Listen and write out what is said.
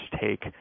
take